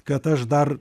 kad aš dar